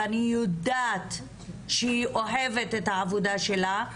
ואני יודעת שהיא אוהבת את העבודה שלה,